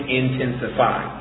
intensify